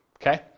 Okay